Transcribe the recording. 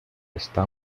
está